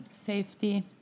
Safety